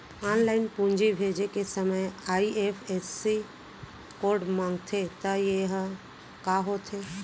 Online पूंजी भेजे के समय आई.एफ.एस.सी कोड माँगथे त ये ह का होथे?